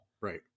right